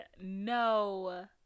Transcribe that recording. no